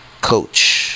coach